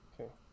Okay